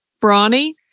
Brawny